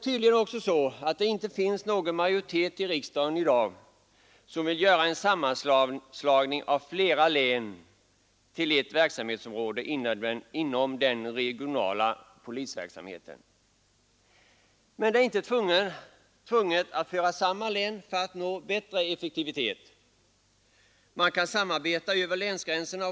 Tydligen finns det inte heller i dag någon majoritet i riksdagen som vill slå samman flera län till ett verksamhetsområde inom den regionala polisverksamheten. Men det är inte nödvändigt att föra samman län för att nå bättre effektivitet. Man kan samarbeta över länsgränserna.